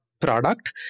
product